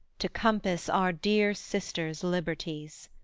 to compass our dear sisters' liberties